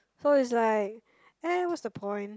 so it's like !eh! what's the point